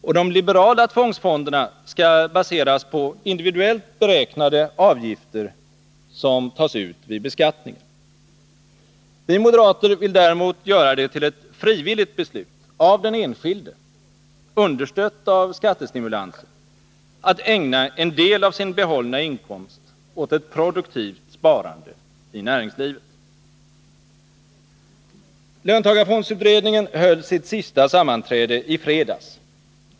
Och de liberala tvångsfonderna skall baseras på individuellt beräknade avgifter, som tas ut vid beskattningen. Vi moderater vill däremot göra det till ett frivilligt beslut av den enskilde — understött av skattestimulanser — att ägna en del av sin behållna inkomst åt ett produktivt sparande i näringslivet. Löntagarfondsutredningen höll sitt sista sammanträde i fredags.